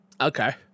okay